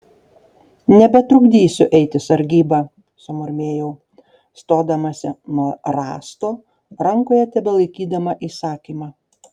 nebetrukdysiu eiti sargybą sumurmėjau stodamasi nuo rąsto rankoje tebelaikydama įsakymą